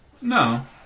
No